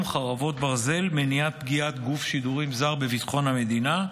(חרבות ברזל) (מניעת פגיעת גוף שידורים זר בביטחון המדינה),